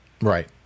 Right